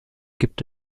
gibt